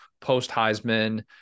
post-Heisman